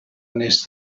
unless